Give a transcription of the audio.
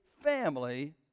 family